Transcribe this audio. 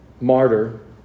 martyr